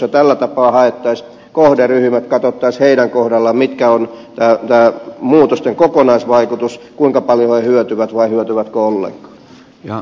ja tällä tapaa haettaisiin kohderyhmät katsottaisiin heidän kohdallaan mikä on muutosten kokonaisvaikutus kuinka paljon he hyötyvät vai hyötyvätkö ollenkaan